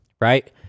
right